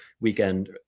weekend